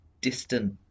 Distant